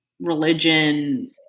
religion